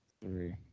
Three